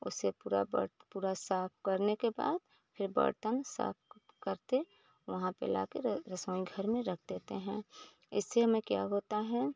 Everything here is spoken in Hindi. उससे पूरा बर्त पूरा साफ़ करने के बाद फिर बर्तन साफ़ उफ़ करते वहाँ पर लाकर रसोईघर मे रख देते हैं इससे हमें क्या होता है